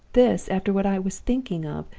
this, after what i was thinking of,